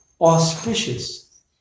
auspicious